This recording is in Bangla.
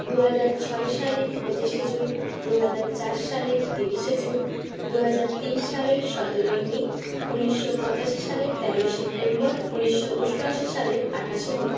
দু হাজার ছয় সালের পঁচিশে জুন দু হাজার চার সালের তিরিশে জুন দু হাজার তিন সালের সতেরোই মে উনিশশো পঁচাশি সালের তেরোই সেপ্টেম্বর উনিশশো অষ্টআশি সালের আঠাশে মে